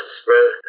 spread